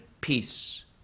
peace